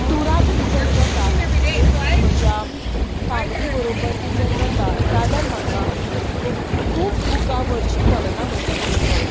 टुराक बी जर वता सुटयेक म्हज्या फॅमिली बरोबर बी जर वता जाल्यार म्हाका खुब बुकां व्हरची पडना म्हजे बरोबर